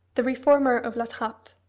the reformer of la trappe,